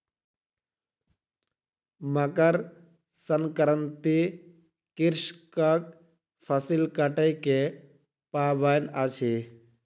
मकर संक्रांति कृषकक फसिल कटै के पाबैन अछि